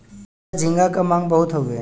कच्चा झींगा क मांग बहुत हउवे